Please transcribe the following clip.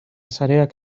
sareak